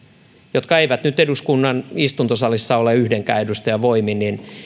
jotka eivät nyt eduskunnan istuntosalissa ole yhdenkään edustajan voimin